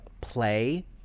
play